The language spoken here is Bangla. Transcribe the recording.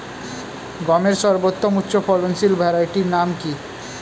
গমের সর্বোত্তম উচ্চফলনশীল ভ্যারাইটি নাম কি?